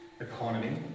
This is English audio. economy